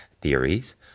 theories